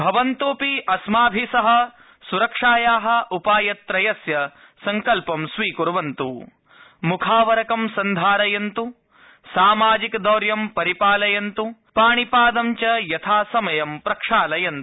भवन्तोऽपि अस्माभि सह सुरक्षाया उपायत्रयस्य संकल्पं स्वीकुर्वन्तु मुखावरंक सन्धारयन्त् सामाजिकदौर्यं परिपालयन्तु पाणिपादं च यथासमयं प्रक्षालयन्तु